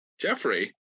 Jeffrey